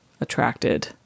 attracted